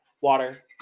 water